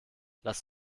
lass